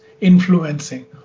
influencing